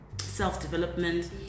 self-development